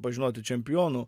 pažinoti čempionų